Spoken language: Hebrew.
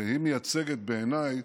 והיא מייצגת בעיניי